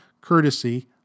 courtesy